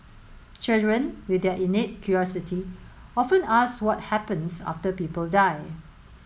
children with their innate curiosity often ask what happens after people die